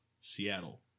Seattle